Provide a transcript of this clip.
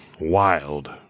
wild